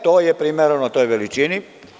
To je primereno toj veličini.